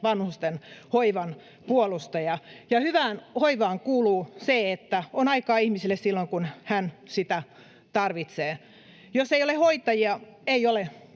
vanhustenhoivan puolustaja, ja hyvään hoivaan kuuluu se, että on aikaa ihmiselle silloin, kun hän sitä tarvitsee. Jos ei ole hoitajia, ei ole